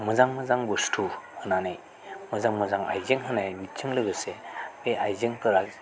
मोजां मोजां बुस्थु होनानै मोजां मोजां आयजें होनायजों लोगोसे बे आयजेंफोरा